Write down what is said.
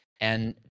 And-